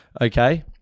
okay